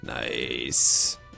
nice